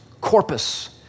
corpus